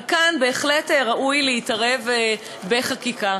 אבל כאן בהחלט ראוי להתערב בחקיקה,